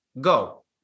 Go